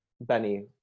Benny